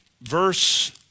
verse